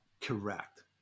Correct